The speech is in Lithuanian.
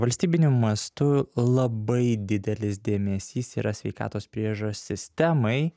valstybiniu mastu labai didelis dėmesys yra sveikatos priežiūros sistemai